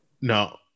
No